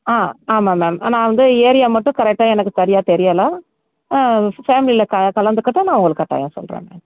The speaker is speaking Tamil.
ஆ ஆமாம் மேம் நான் வந்து ஏரியா மட்டும் கரெக்டாக எனக்கு சரியாக தெரியலை ஃபேமிலியில் க கலந்துக்கிட்டால் நான் உங்களுக்கு கட்டாயம் சொல்கிறேன் மேம்